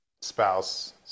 spouse